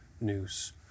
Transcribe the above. news